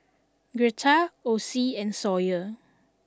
Girtha Ocie and Sawyer